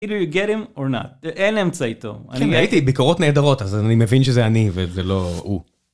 if you are get him or not, אין אמצע איתו, אני הייתי, ביקורות נהדרות, אז אני מבין שזה אני ולא הוא.